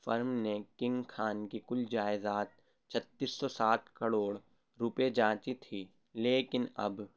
فرم نے کنگ خان کی کل جائیداد چھتیس سو سات کروڑ روپئے جانچی تھی لیکن اب